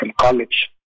college